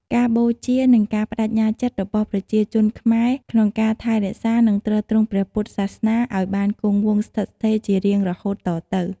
ការបូជា និងការប្តេជ្ញាចិត្តរបស់ប្រជាជនខ្មែរក្នុងការថែរក្សា និងទ្រទ្រង់ព្រះពុទ្ធសាសនាឱ្យបានគង់វង្សស្ថិតស្ថេរជារៀងរហូតតទៅ។